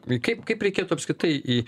kaip kaip reikėtų apskritai į